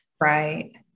right